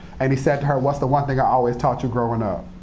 and he said to her, what's the one thing i always taught you growing up?